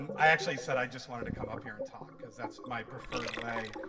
and i actually said i just wanted to come up here and talk, because that's my preferred way.